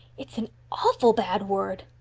it's an awful bad word.